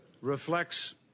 reflects